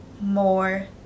more